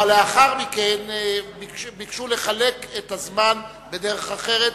אבל לאחר מכן ביקשו לחלק את הזמן בדרך אחרת,